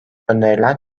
önerilen